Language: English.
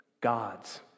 gods